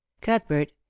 cuthbert